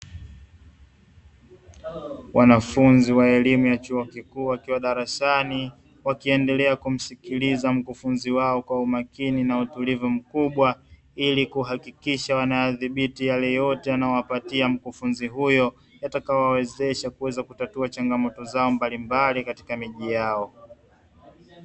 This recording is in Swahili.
Wanafunzi wa elimu ya chuo kikuu wakiwa darasani, wakiendelea kumsikiliza mkufunzi wao kwa umakini na utulivu mkubwa, ili kuhakikisha wanayadhibiti yale yote yanayowapatia mkufunzi huyo; yatakayowawezesha kuweza kutatua changamoto zao mbalimbali katika miji yao.